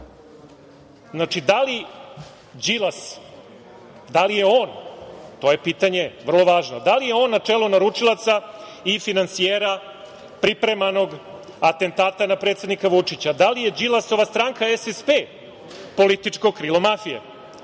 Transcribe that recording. Srbiju. Znači, da li Đilas, da li je on, to je pitanje vrlo važno, da li je na čelo naručilaca i finansijera pripremanog atentata na predsednika Vučića? Da li je Đilasova stranka SSP političko krila mafije? Setimo